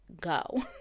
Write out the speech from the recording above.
go